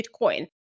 Bitcoin